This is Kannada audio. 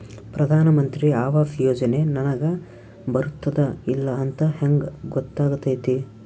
ಪ್ರಧಾನ ಮಂತ್ರಿ ಆವಾಸ್ ಯೋಜನೆ ನನಗ ಬರುತ್ತದ ಇಲ್ಲ ಅಂತ ಹೆಂಗ್ ಗೊತ್ತಾಗತೈತಿ?